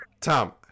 Tom